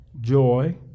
joy